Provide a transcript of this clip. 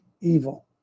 evil